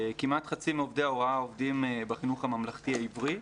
כמעט חצי מעובדי ההוראה עובדים בחינוך הממלכתי העברי,